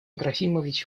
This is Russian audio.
трофимович